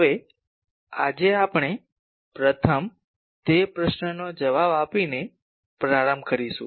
હવે આજે આપણે પ્રથમ તે પ્રશ્નનો જવાબ આપીને પ્રારંભ કરીશું